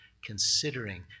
considering